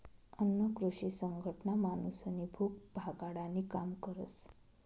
अन्न कृषी संघटना माणूसनी भूक भागाडानी काम करस